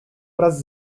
wraz